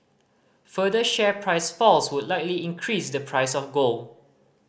further share price falls would likely increase the price of gold